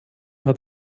hat